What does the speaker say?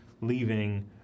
leaving